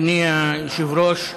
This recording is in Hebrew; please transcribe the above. אדוני היושב-ראש,